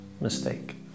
mistake